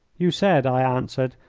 you said, i answered,